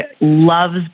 loves